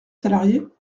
salariés